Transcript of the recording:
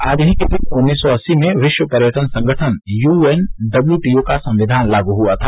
आज ही के दिन उन्नीस सौ अस्सी में विश्व पर्यटन संगठन यूएनडब्ल्यूटीओ का संविधान लागू हुआ था